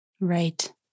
Right